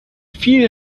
viel